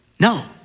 No